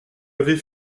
avait